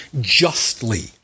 justly